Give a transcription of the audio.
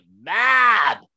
Mad